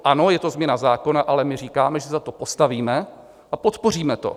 Ano, je to změna zákona, ale my říkáme, že se za to postavíme a podpoříme to.